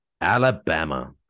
Alabama